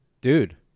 Dude